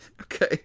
Okay